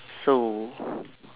so